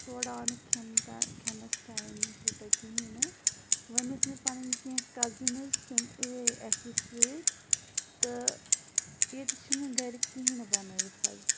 تورٕ آو نہٕ کھٮ۪ن تہٕ کھٮ۪نَس ٹایمٕے تیوٗتاہ کِہیٖنۍ نہٕ وۄنۍ ٲس مےٚ پَنٕنۍ کینٛہہ کَزنٕز تِم ٲے اَسہِ سۭتۍ تہٕ ییٚتہِ چھُنہٕ گَرِ کِہیٖنۍ نہٕ بَنٲیِتھ حظ